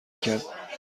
کرد